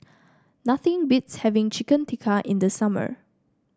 nothing beats having Chicken Tikka in the summer